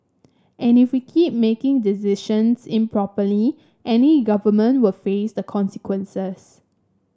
and if we keep making decisions improperly any government will face the consequences